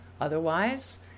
Otherwise